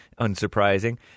unsurprising